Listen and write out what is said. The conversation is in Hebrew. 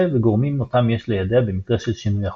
וגורמים אותם יש לידע במקרה של שינוי החוזה.